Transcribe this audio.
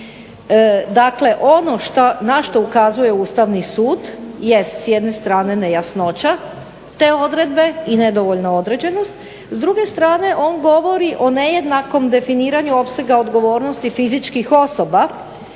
Dakle, ono na šta ukazuje Ustavni sud jest s jedne strane nejasnoća te odredbe i nedovoljna određenost. S druge strane on govori o nejednakom definiranju opsega odgovornosti fizičkih osoba.